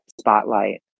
Spotlight